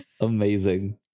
Amazing